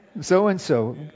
so-and-so